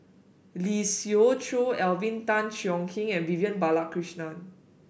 Lee Siew Choh Alvin Tan Cheong Kheng and Vivian Balakrishnan